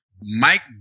Mike